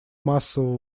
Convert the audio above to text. массового